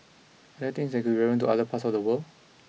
are there things that could relevant to other parts of the world